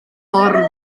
corn